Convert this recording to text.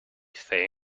say